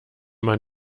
man